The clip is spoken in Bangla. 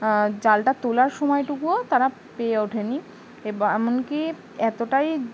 জালটা তোলার সময়টুকুও তারা পেয়ে ওঠেনি এমনকি এতটাই